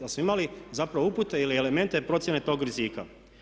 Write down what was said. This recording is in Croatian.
Da smo imali zapravo upute ili elemente procjene tog rizika.